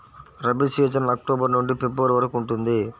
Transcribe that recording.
rabi season October నుండి February వరకు ఉంటుంది